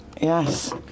Yes